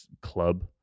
club